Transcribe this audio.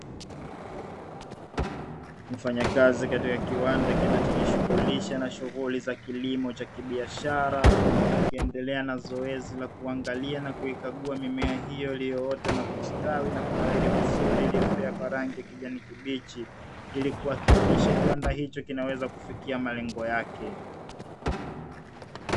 Mfanya kazi katika kiwanda kinachojishughulisha na shughuli za kilimo cha kibiashara akiendelea na zoezi la kuangalia na kuikagua mimea hiyo iliyoota na kustawi na kunawiri vizuri iliyopea kwa rangi ya kijani kibichi ili kuhakikisha kiwanda hicho kinaweza kufikia malengo yake.